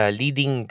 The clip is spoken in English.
leading